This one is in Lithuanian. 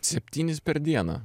septynis per dieną